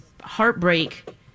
heartbreak